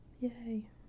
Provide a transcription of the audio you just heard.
yay